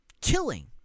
killing